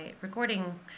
recording